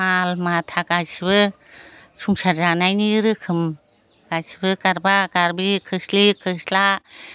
माल माथा गासिबो संसार जानायनि रोखोम गासिबो गारबा गारबि खोस्लि खोस्ला